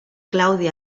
claudi